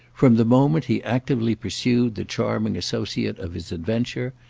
from the moment he actively pursued the charming associate of his adventure,